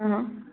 हां